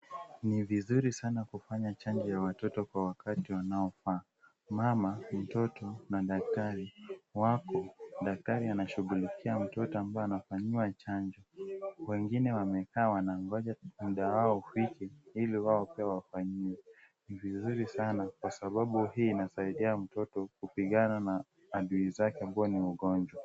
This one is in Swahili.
Ni vizuri sana kufanya chanjo ya watoto kwa wakati unaofaa. Mama, mtoto na daktari wako. Daktari anashughulikia mtoto ambaye anafanyiwa chanjo. Wengine wamekaa wanangoja muda wao ufike ili wao pia wafanyiwe. Ni vizuri sana kwa sababu hii inasaidia mtoto kupigana na adui zake ambao ni ugonjwa.